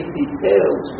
details